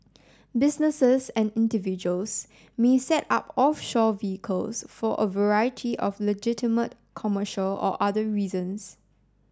businesses and individuals may set up offshore vehicles for a variety of legitimate commercial or other reasons